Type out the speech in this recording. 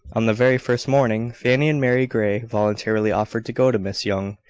on the very first morning, fanny and mary grey voluntarily offered to go to miss young,